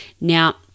Now